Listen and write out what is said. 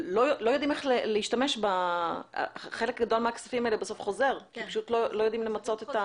חלק גדול מהכספים האלה בסוף חוזר כי פשוט לא יודעים למצות.